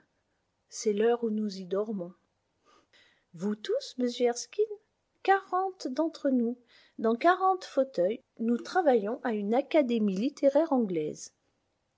c'est l'heure où nous y dormons nous tous monsieur erskine quarante d'entre nous dans quarante fauteuils nous travaillons à une académie littéraire anglaise